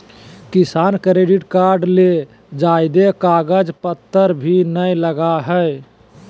किसान credit card ले ज्यादे कागज पतर भी नय लगय हय